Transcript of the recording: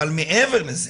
אבל מעבר לזה,